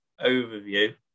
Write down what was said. overview